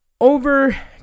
Over